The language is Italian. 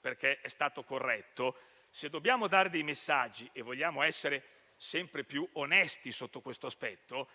perché è stato corretto: se dobbiamo dare dei messaggi e vogliamo essere sempre più onesti sotto questo aspetto,